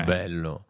bello